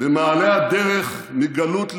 במעלה הדרך מגלות לגאולה,